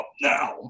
now